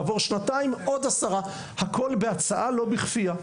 כעבור שנתיים עוד עשרה, הכול בהצעה ולא בכפייה.